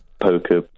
poker